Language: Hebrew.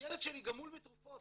הילד שלי גמול מתרופות,